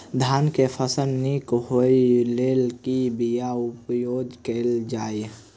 धान केँ फसल निक होब लेल केँ बीया उपयोग कैल जाय?